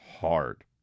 hard